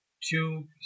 two